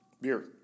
Beer